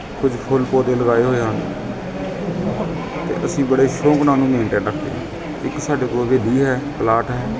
ਕੁਝ ਫੁੱਲ ਪੌਦੇ ਲਗਾਏ ਹੋਏ ਹਨ ਅਤੇ ਅਸੀਂ ਬੜੇ ਸ਼ੌਕ ਨਾਲ ਉਹਨਾਂ ਨੂੰ ਮੇਨਟੇਂਨ ਰੱਖਦੇ ਹਾਂ ਇੱਕ ਸਾਡੇ ਕੋਲ ਹੈ ਪਲਾਟ ਹੈ